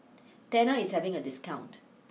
Tena is having a discount